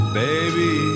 baby